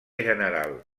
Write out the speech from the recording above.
general